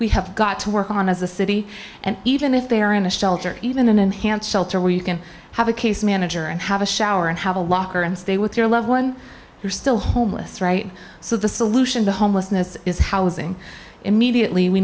we have got to work on as a city and even if they are in a shelter even an enhanced shelter where you can have a case manager and have a shower and have a locker and stay with your loved one you're still homeless right so the solution to homelessness is housing immediately we